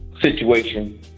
situation